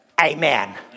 Amen